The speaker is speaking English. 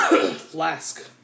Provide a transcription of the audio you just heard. flask